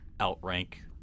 outrank